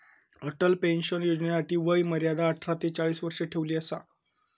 Atal pension योजनेसाठी वय मर्यादा अठरा ते चाळीस वर्ष ठेवली असा